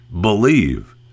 believe